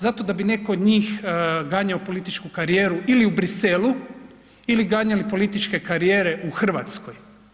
Zato da bi netko od njih ganjao političku karijeru ili u Bruxellesu, ili ganjali političke karijere u Hrvatskoj.